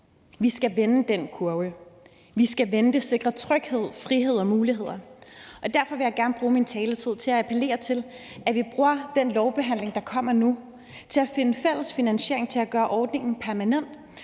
Vi skal vende den kurve. Vi skal vende det og sikre tryghed, frihed og muligheder, og derfor vil jeg gerne bruge min taletid til at appellere til, at vi bruger den lovbehandling, der kommer nu, til at finde fælles finansiering til at gøre ordningen permanent